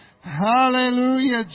Hallelujah